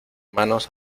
manos